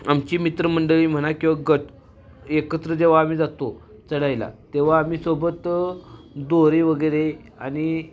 आमची मित्रमंडळी म्हणा किंवा गट एकत्र जेव्हा आम्ही जातो चढायला तेव्हा आम्ही सोबत दोरे वगैरे आणि